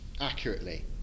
accurately